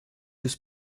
des